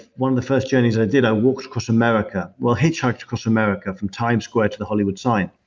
one of the first journeys i did, i walked across america. well, hitchhiked across america from time's square to the hollywood sign.